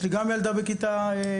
גם לי יש ילדה בכיתה י"ב.